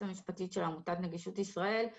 רק